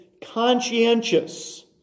conscientious